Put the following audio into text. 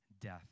death